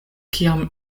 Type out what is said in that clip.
kiam